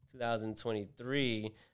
2023